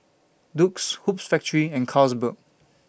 Doux Hoops Factory and Carlsberg